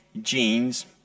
jeans